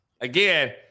Again